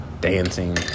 dancing